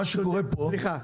מה שקורה פה -- סליחה.